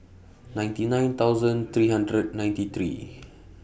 ninety nine thousand three hundred ninety three